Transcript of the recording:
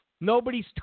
Nobody's